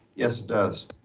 yes, it does.